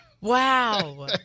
Wow